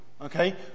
okay